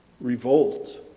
revolt